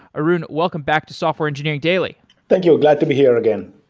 arun, welcome back to software engineering daily thank you. glad to be here again.